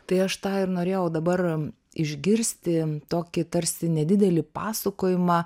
tai aš tą ir norėjau dabar išgirsti tokį tarsi nedidelį pasakojimą